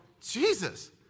Jesus